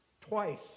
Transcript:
twice